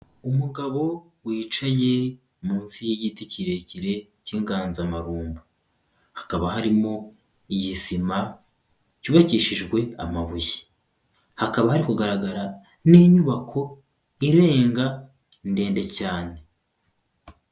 Umugabo wicaye munsi y'igiti kirekire cy'inganzamarumbo. Hakaba harimo igisima cyubakishijwe amabuye. Hakaba hari kugaragara n'inyubako irenga, ndende cyane.